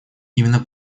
именно